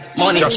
money